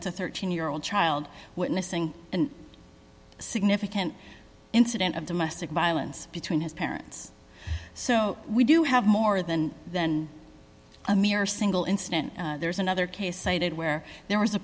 it's a thirteen year old child witnessing a significant incident of domestic violence between his parents so we do have more than then a mere single incident there's another case cited where there was a